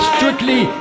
Strictly